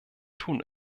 tun